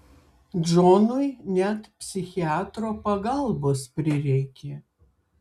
džonui net psichiatro pagalbos prireikė